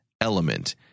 element